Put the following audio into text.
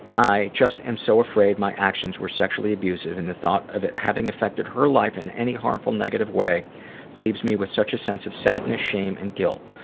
i just am so afraid my actions were sexually abusive and the thought of it having affected her life in any harmful negative way leaves me with such a sense of sadness, shame, and guilt.